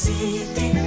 City